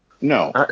no